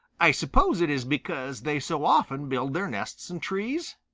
i suppose it is because they so often build their nests in trees?